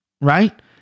right